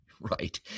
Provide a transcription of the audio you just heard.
Right